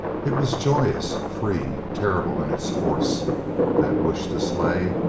it was joyous, free, terrible in its force that wish to slay.